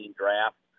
draft